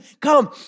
come